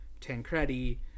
Tancredi